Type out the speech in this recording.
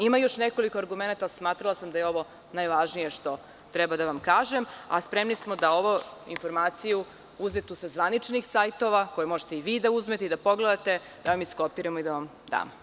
Ima još nekoliko argumenata, ali smatrala sam da je ovo najvažnije što treba da vam kažem, a spremni smo da ovu informaciju, uzetu sa zvaničnih sajtova, koju možete i vi da uzmete i da pogledate, da vam iskopiramo i da vam damo.